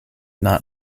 not